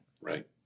Right